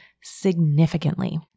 significantly